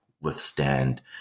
withstand